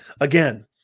Again